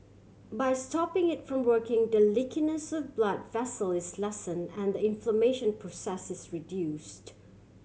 by stopping it from working the leakiness blood vessels is lessen and the inflammation process is reduced